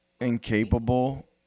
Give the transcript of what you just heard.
incapable